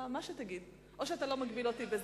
מה שתגיד, או שאתה לא מגביל אותי בזמן.